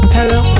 Hello